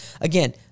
again